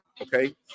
Okay